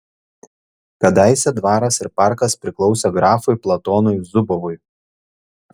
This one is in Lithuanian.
kadaise dvaras ir parkas priklausė grafui platonui zubovui